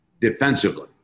defensively